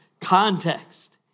context